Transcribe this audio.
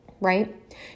right